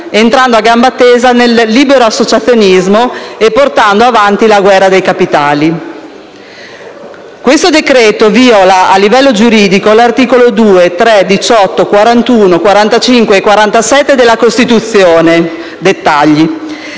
entrando a gamba tesa nel libero associazionismo e portando avanti la guerra dei capitali. Questo decreto-legge viola, a livello giuridico, gli articoli 2, 3, 18, 41, 45 e 47 della Costituzione. Dettagli!